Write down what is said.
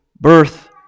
birth